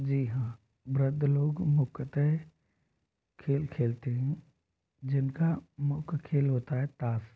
जी हाँ वृद्ध लोग मुख्यतः खेल खेलते हैं जिनका मुख्य खेल होता है ताश